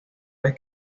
vez